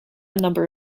number